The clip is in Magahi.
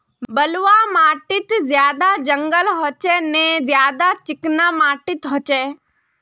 बलवाह माटित ज्यादा जंगल होचे ने ज्यादा चिकना माटित होचए?